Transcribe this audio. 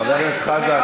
חבר הכנסת חזן,